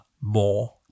more